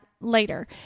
later